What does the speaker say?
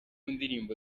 ndirimbo